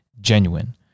genuine